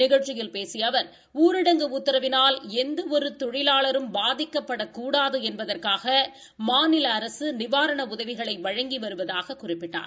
நிகழ்ச்சியில் பேசிய அவர் ஊரடங்கு உத்தரவினால் எந்த ஒரு தொழிலாளாரும் பாதிக்கப்படக்கூடாது என்பதற்காக மாநில அரசு நிவாரண உதவிகளை வழங்கி வருவதாக குறிப்பிட்டார்